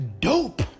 dope